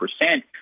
percent